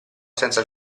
senza